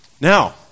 Now